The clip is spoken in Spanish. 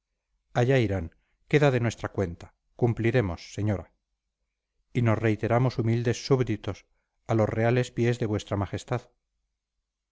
irán queda de nuestra cuenta cumpliremos señora y nos reiteramos humildes súbditos a los reales pies de vuestra majestad